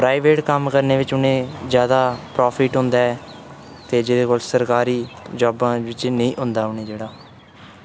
private कम्म करने बिच उ'नें जादा प्राफिट होंदा ऐ ते जेह्ड़ा सरकारी जाबा बिच नेईं होंदा उ'नेंगी